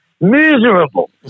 miserable